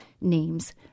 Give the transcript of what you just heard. names